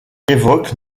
évoque